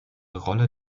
rolle